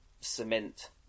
cement